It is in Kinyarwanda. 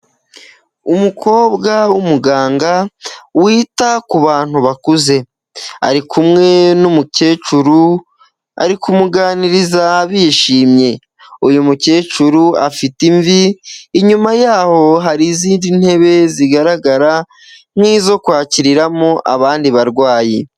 Umukobwa w'umuganga wita ku bantu bakuze ari kumwe n'umukecuru ari kumuganiriza bishimye, uwo mukecuru afite imvi inyuma yaho hari izindi ntebe zigaragara nk'izo kwakiriramo abandi barwayi.